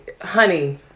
honey